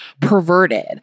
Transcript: perverted